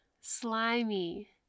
slimy